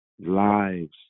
lives